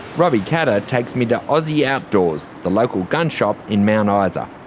robbie katter takes me to ozzie outdoors, the local gun shop in mount ah isa,